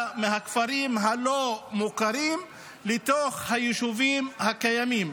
מהכפרים הלא-מוכרים לתוך היישובים הקיימים.